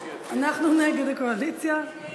אנחנו נגד, הקואליציה.